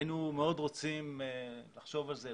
היינו מאוד רוצים לחשוב על זה,